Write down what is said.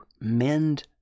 mend